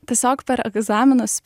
tiesiog per egzaminus